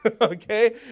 okay